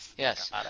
Yes